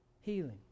Healing